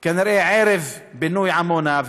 כנראה ערב פינוי עמונה,